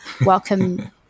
welcome